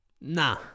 Nah